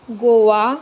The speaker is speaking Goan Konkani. गोवा